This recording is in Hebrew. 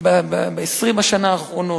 ב-20 השנה האחרונות,